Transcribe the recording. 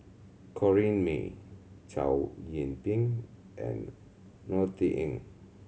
Corrinne May Chow Yian Ping and Norothy Ng